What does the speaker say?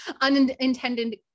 unintended